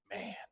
man